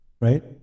right